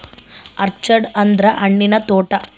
orchard ಅಂದ್ರ ಹಣ್ಣಿನ ತೋಟ